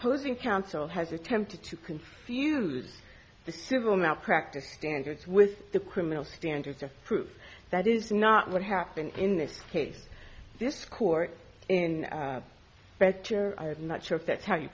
opposing counsel has attempted to confuse the civil malpractise standards with the criminal standards of proof that is not what happened in this case this court in bed not sure if that's how you